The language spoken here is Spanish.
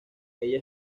ella